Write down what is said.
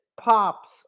Pops